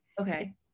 Okay